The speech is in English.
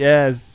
Yes